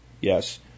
Yes